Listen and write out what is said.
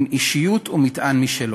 עם אישיות ומטען משלו.